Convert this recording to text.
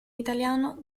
italiano